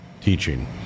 teaching